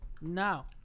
Now